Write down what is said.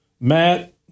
Matt